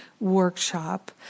workshop